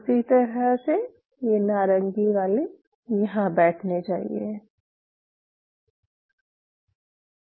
उसी तरह ये नारंगी वाले यहाँ बैठने चाहियें